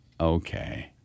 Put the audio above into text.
okay